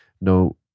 no